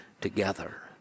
together